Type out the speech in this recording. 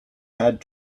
had